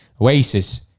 Oasis